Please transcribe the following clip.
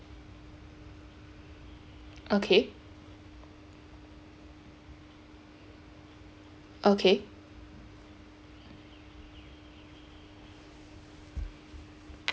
okay okay